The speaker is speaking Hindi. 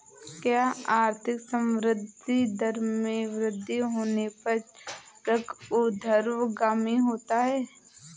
क्या आर्थिक संवृद्धि दर में वृद्धि होने पर वक्र ऊर्ध्वगामी होता है?